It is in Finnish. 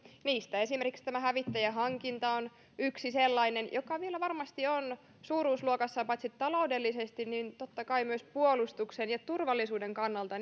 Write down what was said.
niistä esimerkiksi tämä hävittäjähankinta on yksi sellainen joka vielä varmasti on suuruusluokassaan paitsi taloudellisesti myös totta kai puolustuksen ja turvallisuuden kannalta